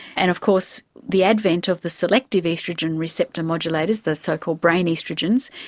and of course the advent of the selective oestrogen receptor modulators, the so-called brain oestrogens,